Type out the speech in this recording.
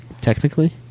technically